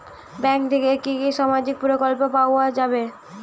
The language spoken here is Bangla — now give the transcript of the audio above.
ব্যাঙ্ক থেকে কি কি সামাজিক প্রকল্প পাওয়া যাবে?